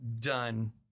done